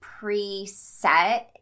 preset